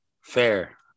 Fair